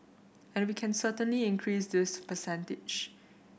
and we can certainly increase this percentage